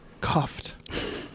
Cuffed